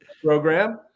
Program